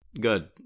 Good